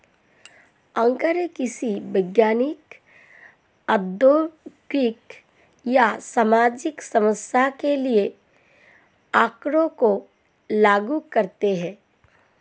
आंकड़े किसी वैज्ञानिक, औद्योगिक या सामाजिक समस्या के लिए आँकड़ों को लागू करते है